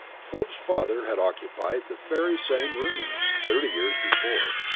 forbes's father had occupied the very same rooms, thirty years before,